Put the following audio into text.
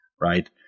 right